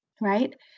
right